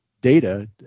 data